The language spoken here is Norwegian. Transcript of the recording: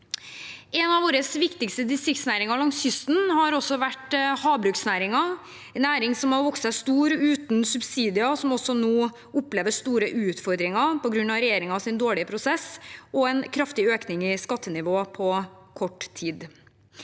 En av våre viktigste distriktsnæringer langs kysten har vært havbruksnæringen, en næring som har vokst seg stor uten subsidier, og som nå opplever store utfordringer på grunn av regjeringens dårlige prosess og en kraftig økning i skattenivået på kort tid.